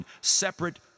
separate